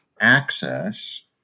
access